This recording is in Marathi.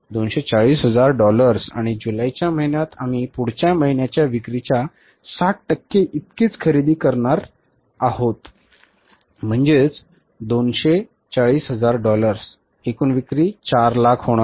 होय 240 हजार डॉलर्स आणि जुलैच्या महिन्यात आम्ही पुढच्या महिन्याच्या विक्रीच्या 60 टक्के इतकीच खरेदी करणार आहोत आणि ऑगस्टमध्ये आम्ही किती विक्री करणार आहोत